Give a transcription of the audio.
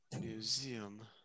Museum